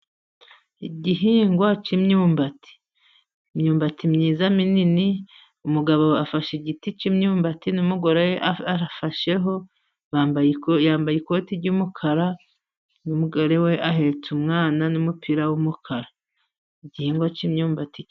Igihingwa cy'imyumbati. Imyumbati myiza minini, umugabo afashe igiti cy'imyumbati n'umugore we afasheho. Yambaye ikoti ry'umukara n'umugore we ahetse umwana, n'umupira w'umukara. Igihingwa cy'imyumbati...